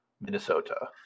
Minnesota